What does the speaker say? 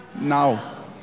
now